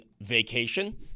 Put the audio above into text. vacation